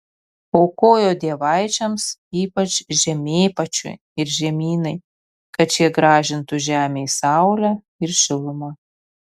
aukojo dievaičiams ypač žemėpačiui ir žemynai kad šie grąžintų žemei saulę ir šilumą